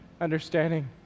understanding